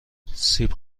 سیب